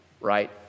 right